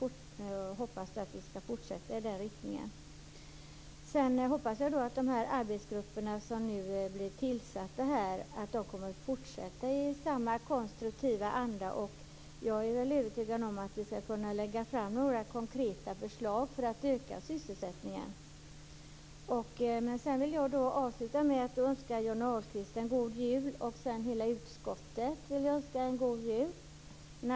Jag hoppas att vi skall fortsätta i den riktningen och att de arbetsgrupper som nu blir tillsatta kommer att arbeta i samma konstruktiva anda. Jag är övertygad om att vi skall kunna lägga fram några konkreta förslag för att öka sysselsättningen. Jag vill avsluta med att önska Johnny Ahlqvist och alla mina arbetskamrater i utskottet en god jul.